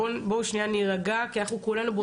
בואו שנייה נירגע, כי אנחנו כולנו באותו צד.